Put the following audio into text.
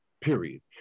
period